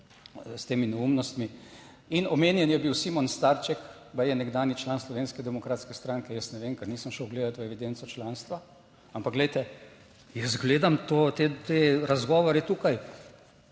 s temi neumnostmi. In omenjen je bil Simon Starček, baje je nekdanji član Slovenske demokratske stranke - jaz ne vem, ker nisem šel gledati v evidenco članstva. Ampak glejte, jaz gledam te razgovore tukaj,